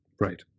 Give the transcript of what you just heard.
Right